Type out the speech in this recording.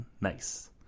Nice